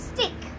Stick